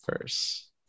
first